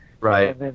Right